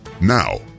Now